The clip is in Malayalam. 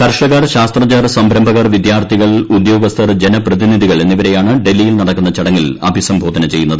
കർഷകർ ശാസ്ത്രജ്ഞർ സംരംഭകർ പ്പിദ്യാർത്ഥികൾ ഉദ്യോഗസ്ഥർ ജനപ്രതിനിധികൾ എന്നിവരെയാണ് ഡൽഹിയിൽ ന്ടക്കുന്ന ചടങ്ങിൽ അഭിസംബോധന ചെയ്യുന്നത്